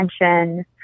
attention